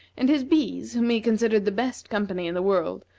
and his bees, whom he considered the best company in the world,